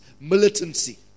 Militancy